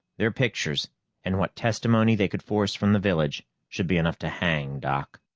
their pictures and what testimony they could force from the village should be enough to hang doc.